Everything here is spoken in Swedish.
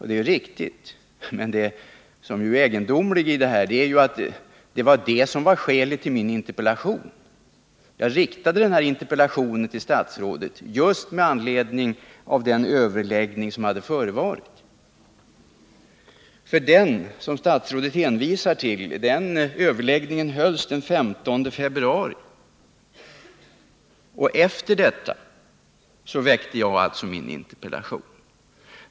Det är riktigt, men det egendomliga är att det var det som var skälet till att jag framställde min interpellation. Jag riktade interpellationen till statsrådet just med anledning av den överläggning som hade förevarit — den överläggning som statsrådet hänvisar till hölls ju den 15 februari. Efter detta datum framställde jag alltså min interpellation.